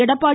Edappadi